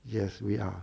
yes we are